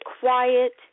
quiet